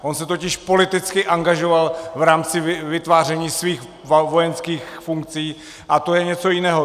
On se totiž politicky angažoval v rámci vytváření svých vojenských funkcí a to je něco jiného.